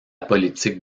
politique